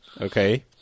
Okay